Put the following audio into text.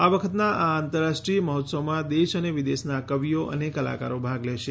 આ વખતના આ આંતરરાષ્ટ્રીય મહોત્સવમાં દેશ અને વિદેશના કવિઓ અને કલાકારો ભાગ લેશે